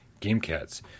GameCats